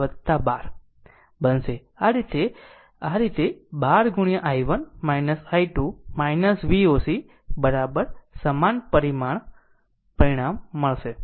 આ રીતે આ રીતે 12 i1 i2 Voc સમાન પરિણામ મળશે